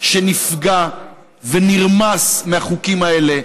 שנפגע ונרמס מהחוקים האלה,